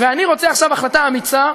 אני רוצה עכשיו החלטה אמיצה,